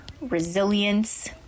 resilience